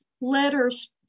letters